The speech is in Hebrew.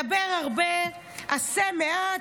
דבר הרבה, עשה מעט,